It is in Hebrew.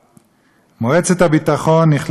מועצת הביטחון החליטה פה-אחד,